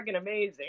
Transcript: amazing